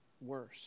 worse